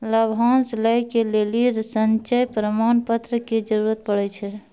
लाभांश लै के लेली संचय प्रमाण पत्र के जरूरत पड़ै छै